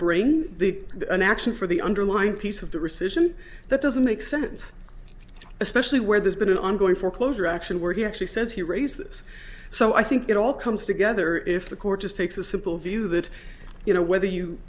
brain an action for the underlying piece of the rescission that doesn't make sense especially where there's been an ongoing foreclosure action where he actually says he raised this so i think it all comes together if the court just takes a simple view that you know